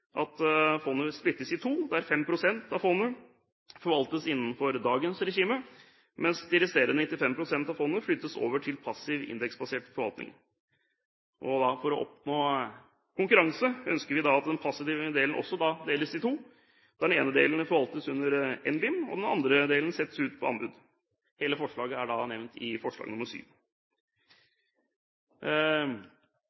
at fondet splittes i to, der 5 pst. av fondet forvaltes innenfor dagens regime, mens de resterende 95 pst. av fondet flyttes over til passiv indeksbasert forvaltning. For å oppnå konkurranse ønsker vi at den passive delen også deles i to, der den ene delen forvaltes under NBIM og den andre delen settes ut på anbud. Dette er nevnt i forslag